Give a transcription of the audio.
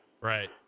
right